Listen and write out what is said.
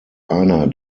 einer